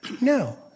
No